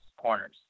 corners